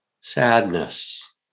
sadness